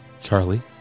Charlie